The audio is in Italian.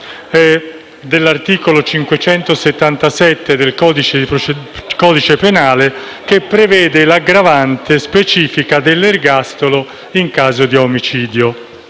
l'articolo 577 del codice penale, che prevede l'aggravante specifica dell'ergastolo in caso di omicidio